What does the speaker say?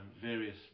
various